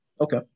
Okay